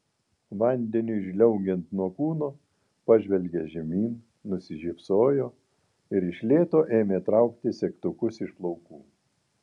vandeniui žliaugiant nuo kūno pažvelgė žemyn nusišypsojo ir iš lėto ėmė traukti segtukus iš plaukų